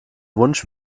wunsch